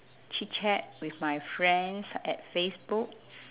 chitchat with my friends at facebook